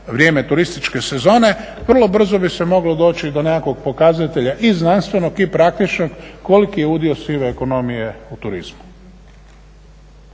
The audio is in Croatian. vrijeme turističke sezone, vrlo brzo bi se moglo doći do nekakvog pokazatelja i znanstvenog i praktičnog koliki je udio sive ekonomije u turizmu.